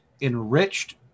enriched